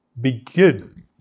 begin